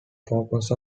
purpose